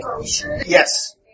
Yes